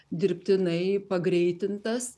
dirbtinai pagreitintas